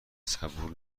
صبور